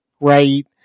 right